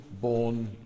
born